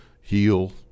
heal